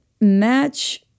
match